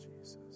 Jesus